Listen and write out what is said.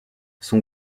son